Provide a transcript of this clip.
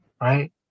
right